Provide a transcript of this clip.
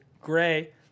Gray